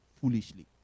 foolishly